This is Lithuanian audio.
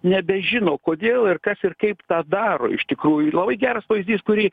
nebežino kodėl ir kas ir kaip tą daro iš tikrųjų labai geras pavyzdys kurį